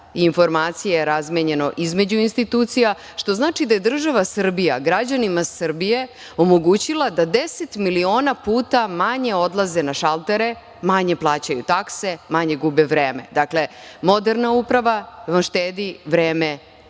informacija je razmenjeno između institucija, što znači da je država Srbija građanima Srbije omogućila da 10 miliona puta manje odlaze na šaltere, manje plaćaju takse, manje gube vreme. Dakle, moderna uprava vam štedi vreme i novac.